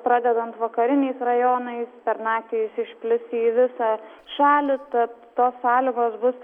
pradedant vakariniais rajonais per naktį išplis į visą šalį tad tos sąlygos bus